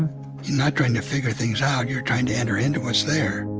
and not trying to figure things out you're trying to enter into what's there